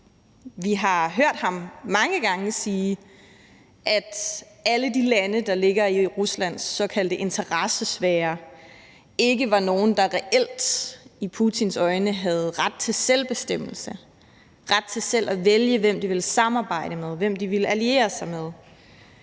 Vi har hørt ham mange gange sige, at alle de lande, der ligger i Ruslands såkaldte interessesfære ikke var nogen, der reelt i Putins øjne havde ret til selvbestemmelse, ret til selv at vælge, hvem de ville samarbejde med, hvem de ville alliere sig med.